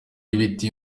ibiti